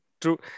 true